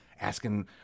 asking